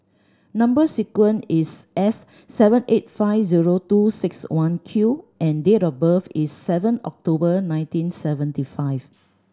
number sequence is S seven eight five zero two six one Q and date of birth is seven October nineteen seventy five